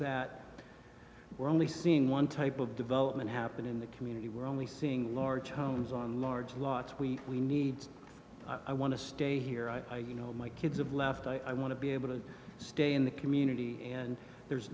that we're only seeing one type of development happen in the community we're only seeing large homes on large lots we we need i want to stay here i you know my kids have left i want to be able to stay in the community and there's